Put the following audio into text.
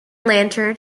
lantern